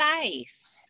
nice